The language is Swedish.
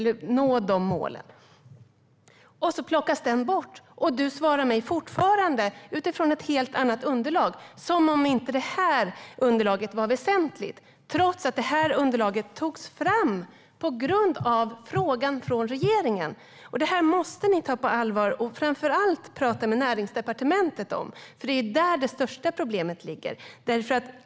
Och så plockas rapporten bort, och du, Anna Johansson, svarar mig fortfarande utifrån ett helt annat underlag, som om inte detta underlag var väsentligt, trots att det togs fram med anledning av frågan från regeringen. Ni måste ta detta på allvar och framför allt prata med Näringsdepartementet om det, för det är där som det största problemet ligger.